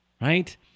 right